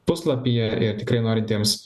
puslapyje tikrai norintiems